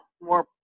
more